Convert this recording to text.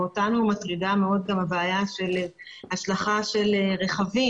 ואותנו מטרידה מאוד גם הבעיה של השלכה של רכבים,